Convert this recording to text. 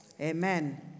amen